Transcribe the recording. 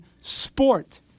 Sport